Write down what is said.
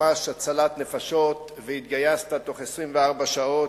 ממש הצלת נפשות והתגייסת בתוך 24 שעות,